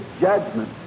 judgment